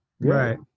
Right